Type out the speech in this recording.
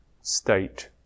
state